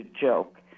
joke